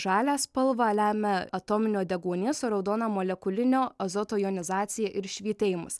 žalią spalva lemia atominio deguonies o raudoną molekulinio azoto jonizacija ir švytėjimas